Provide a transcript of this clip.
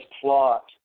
plot